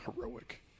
heroic